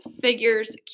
figures